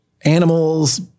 animals